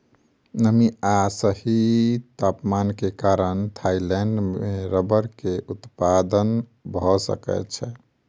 नमी आ सही तापमान के कारण थाईलैंड में रबड़ के उत्पादन भअ सकै छै